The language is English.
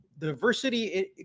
diversity